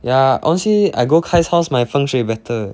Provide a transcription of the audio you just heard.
yeah honestly I go kyle's house my 风水 better